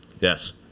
Yes